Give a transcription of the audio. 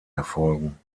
erfolgen